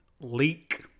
leak